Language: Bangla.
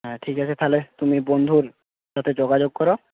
হ্যাঁ ঠিক আছে তাহলে তুমি বন্ধুর সাথে যোগাযোগ করো